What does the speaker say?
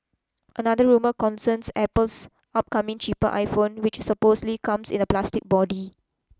another rumour concerns Apple's upcoming cheaper iPhone which supposedly comes in a plastic body